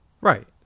Right